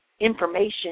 information